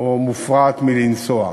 או מופרעת מלנסוע.